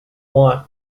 want